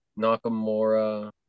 Nakamura